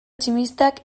tximistak